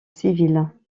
civil